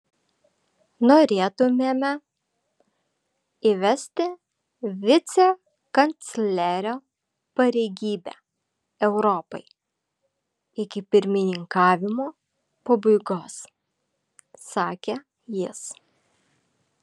norėtumėme įvesti vicekanclerio pareigybę europai iki pirmininkavimo pabaigos sakė jis